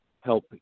help